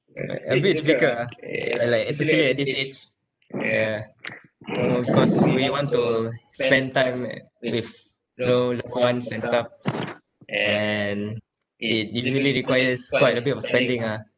uh a bit difficult ah uh like especially at this age yeah you know cause we want to spend time at with you know like and stuff and it usually requires quite a bit of spending ah